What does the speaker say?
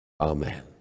Amen